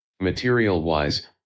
Material-wise